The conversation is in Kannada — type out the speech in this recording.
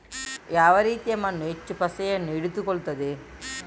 ಯಾವ ರೀತಿಯ ಮಣ್ಣು ಹೆಚ್ಚು ಪಸೆಯನ್ನು ಹಿಡಿದುಕೊಳ್ತದೆ?